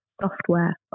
software